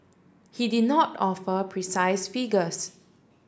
he did not offer precise figures